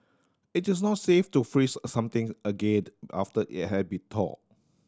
it is not safe to freeze something after it has been thawed